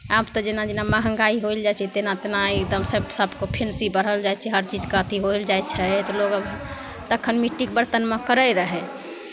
आब तऽ जेना जेना महँगाइ होयल जाइ छै तेना तेना एकदम सभ सभके फैंसी बढ़ल जाइ छै हरचीजके अथी होयल जाइ छै तऽ लोक अभी तखन मिट्टीके बरतनमे करैत रहै